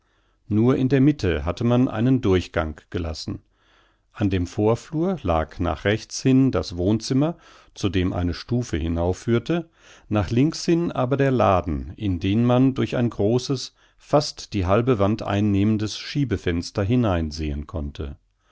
nur in der mitte hatte man einen durchgang gelassen an dem vorflur lag nach rechts hin das wohnzimmer zu dem eine stufe hinaufführte nach links hin aber der laden in den man durch ein großes fast die halbe wand einnehmendes schiebefenster hineinsehen konnte